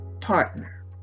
partner